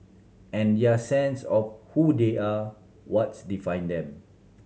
and their sense of who they are what's define them